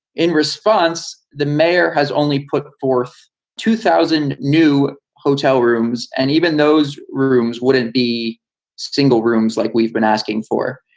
in response, the mayor has only put forth two thousand new hotel rooms, and even those rooms wouldn't be single rooms like we've been asking for.